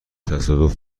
تصادف